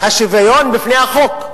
השוויון בפני החוק.